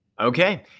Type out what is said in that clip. Okay